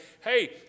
Hey